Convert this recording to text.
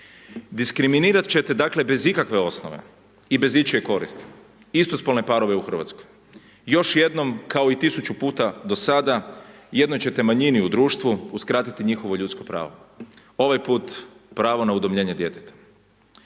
Diskriminirat ćete dakle bez ikakve osnove i bez ičije koristi istospolne parove u Hrvatskoj. Još jednom kao i tisuću puta do sada jednoj ćete manjini u društvu uskratiti njihovo ljudsko pravo. Ovaj put pravo na udomljenje djeteta.